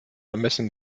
ermessen